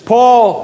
Paul